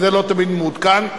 שזה לא תמיד מעודכן,